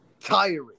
tiring